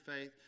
faith